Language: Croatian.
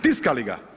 Tiska li ga?